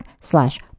slash